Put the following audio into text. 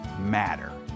matter